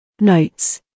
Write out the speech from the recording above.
Notes